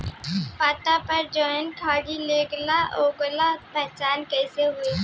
पत्ता पर जौन कीड़ा लागेला ओकर पहचान कैसे होई?